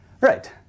Right